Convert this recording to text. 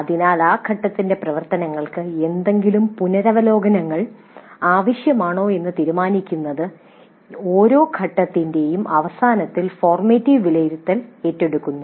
അതിനാൽ ആ ഘട്ടത്തിന്റെ പ്രവർത്തനങ്ങൾക്ക് എന്തെങ്കിലും പുനരവലോകനങ്ങൾ ആവശ്യമാണോ എന്ന് തീരുമാനിക്കുന്നത് ഓരോ ഘട്ടത്തിൻറെയും അവസാനത്തിൽ ഫോർമാറ്റീവ് വിലയിരുത്തൽ ഏറ്റെടുക്കുന്നു